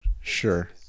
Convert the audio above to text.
Sure